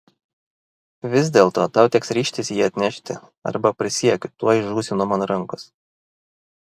vis dėlto tau teks ryžtis jį atnešti arba prisiekiu tuoj žūsi nuo mano rankos